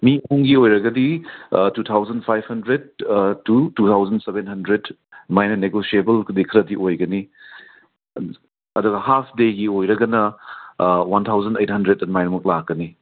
ꯃꯤ ꯑꯍꯨꯝꯒꯤ ꯑꯣꯏꯔꯒꯗꯤ two thousand five hundred to two thousand seven hundred ꯁꯨꯃꯥꯏꯅ ꯅꯦꯒꯣꯁ꯭ꯌꯦꯕꯜ ꯑꯣꯏꯕ ꯈꯔꯗꯤ ꯑꯣꯏꯒꯅꯤ ꯑꯗꯨꯅ ꯍꯥꯐ ꯗꯦꯒꯤ ꯑꯣꯏꯔꯒꯅ ꯋꯥꯟ ꯊꯥꯎꯖꯟ ꯑꯩꯠ ꯍꯟꯗ꯭ꯔꯦꯗ ꯁꯨꯃꯥꯏꯃꯨꯛ ꯂꯥꯛꯀꯅꯤ